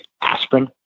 aspirin